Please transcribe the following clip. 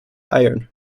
iron